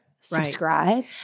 subscribe